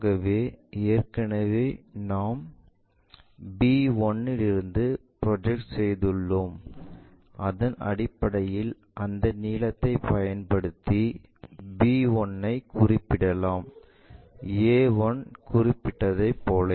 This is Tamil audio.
ஆகவே ஏற்கனவே நாம் b1 இலிருந்து ப்ரொஜெக்ட் செய்துள்ளோம் அதன் அடிப்படையில் அந்த நீளத்தைப் பயன்படுத்தி b 1 ஐ குறிப்பிடலாம் a 1 குறிப்பிட்டதை போல